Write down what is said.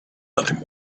nothing